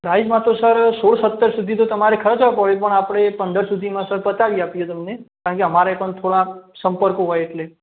પ્રાઇસમાં તો સર સોળ સત્તર સુધી તો તમારે ખર્ચવા પડે આપણે પંદર સુધીમાં સર પતાવી આપીએ તમને કારણકે અમારે પણ થોડાક સંપર્કો હોય એટલે